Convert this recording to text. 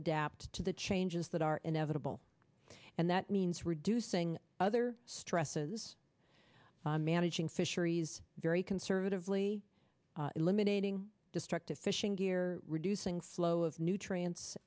adapt to the changes that are inevitable and that means reducing other stresses managing fisheries very conservatively eliminating destructive fishing gear reducing flow of nutrients